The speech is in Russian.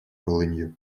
полынью